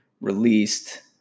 released